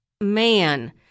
man